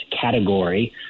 category